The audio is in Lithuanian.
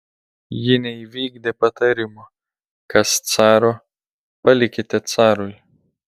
ji neįvykdė patarimo kas caro palikite carui